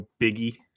Biggie